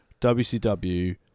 WCW